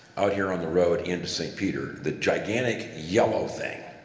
out here on the road into st. peter. the gigantic yellow thing.